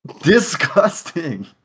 Disgusting